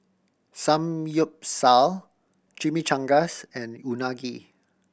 Samgyeopsal Chimichangas and Unagi